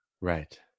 Right